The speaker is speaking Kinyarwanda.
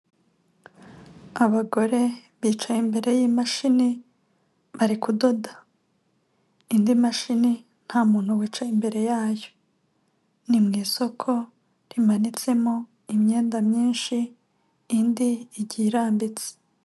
Abagore bicaye imbere y'imashini, bari kudoda. Indi mashini, nta muntu wicaye imbere yayo. Ni mu isoko rimanitsemo imyenda myinshi, indi igiye irambitse.